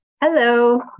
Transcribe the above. Hello